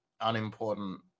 unimportant